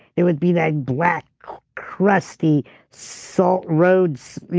there would be that black crusty salt roads,